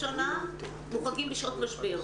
מוחרגים בשעות משבר,